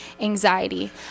anxiety